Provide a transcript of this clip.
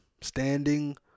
standing